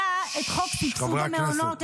היה את חוק סבסוד המעונות,